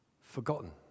Forgotten